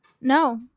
no